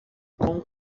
com